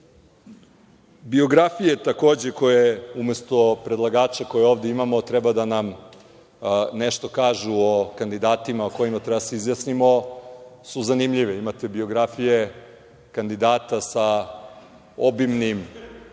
godine. Biografije koje umesto predlagača koje ovde imamo treba da nam nešto kažu o kandidatima o kojima treba da se izjasnimo su zanimljive. Imate biografije kandidata sa obimnim